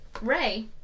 Ray